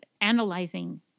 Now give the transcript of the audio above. analyzing